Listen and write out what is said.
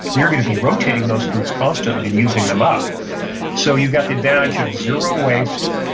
you're going to be rotating those foods constantly and using them up so you've got the advantage of zero waste,